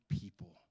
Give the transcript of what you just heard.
people